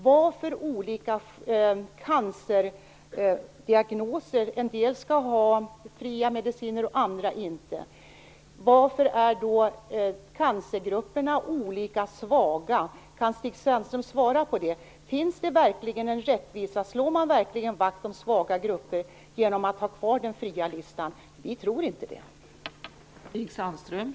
Varför skall en del patienter med en viss cancerdiagnos ha fria mediciner och andra inte? Varför är cancerpatientsgrupperna olika svaga? Kan Stig Sandström svara på det? Finns det verkligen en rättvisa? Slår man vakt om svaga grupper genom att ha kvar den fria listan? Vi i Folkpartiet tror inte det.